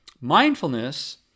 mindfulness